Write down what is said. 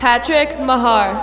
patrick my heart